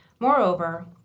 moreover,